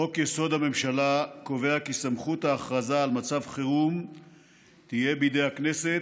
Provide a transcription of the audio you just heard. חוק-יסוד: הממשלה קובע כי סמכות ההכרזה על מצב חירום תהיה בידי הכנסת,